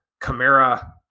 camara